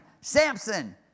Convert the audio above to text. Samson